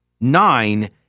nine